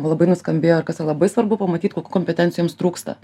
labai nuskambėjo ir kas yra labai svarbu pamatyt kokių kompetencijų jiems trūksta